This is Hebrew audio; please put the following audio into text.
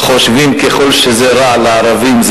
חושבים שככל שרע לערבים,